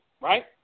right